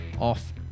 off